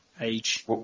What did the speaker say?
Age